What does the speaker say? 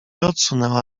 odsunęła